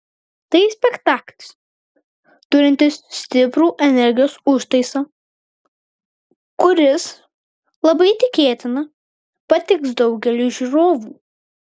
tai spektaklis turintis stiprų energijos užtaisą kuris labai tikėtina patiks daugeliui žiūrovų